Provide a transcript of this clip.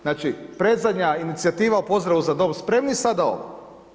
Znači predzadnja inicijativa o pozdravu „za dom spremni“, sada ovo.